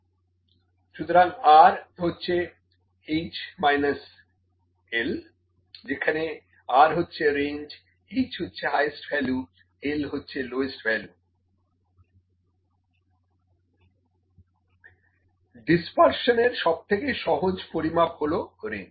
R H - L যেখানে R range H উচ্চতম value L নিম্নতম ভ্যালু ডিসপারশন এর সব থেকে সহজ পরিমাপ হলো রেঞ্জ